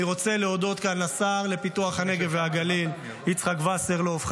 אני רוצה להודות כאן לשר לפיתוח הנגב והגליל יצחק וסרלאוף,